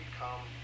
come